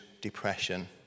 depression